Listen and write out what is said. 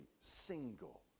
single